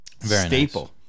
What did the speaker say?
staple